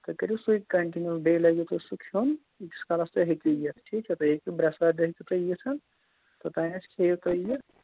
تُہۍ کٔرِو سُے کَنٹِنیٛوٗ بیٚیہِ لاگِو تُہۍ سُہ کھیوٚن ییٖتِس کالَس تُہۍ ہیٚکِو یِتھ ٹھیٖک چھا تُہۍ ہیٚکِو برٛٮ۪سوارِ دۄہ ہیٚکِو تُہۍ یِتھ توٚتانۍ آسہِ ٹھیٖک تۄہہِ یہِ